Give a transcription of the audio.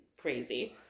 crazy